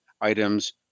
items